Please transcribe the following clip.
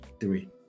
Three